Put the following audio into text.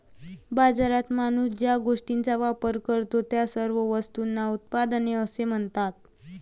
बाजारात माणूस ज्या गोष्टींचा वापर करतो, त्या सर्व वस्तूंना उत्पादने असे म्हणतात